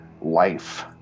life